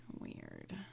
weird